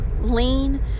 lean